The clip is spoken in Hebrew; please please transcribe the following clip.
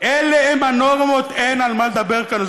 אלה הן הנורמות, אין על מה לדבר כאן.